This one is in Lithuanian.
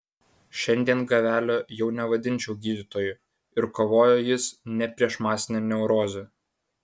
šiandien gavelio jau nevadinčiau gydytoju ir kovojo jis ne prieš masinę neurozę